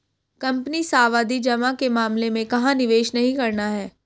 Company सावधि जमा के मामले में कहाँ निवेश नहीं करना है?